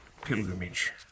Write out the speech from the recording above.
Pilgrimage